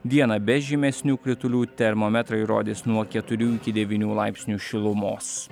dieną be žymesnių kritulių termometrai rodys nuo keturių iki devynių laipsnių šilumos